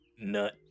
Nut